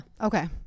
Okay